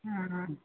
हँ हँ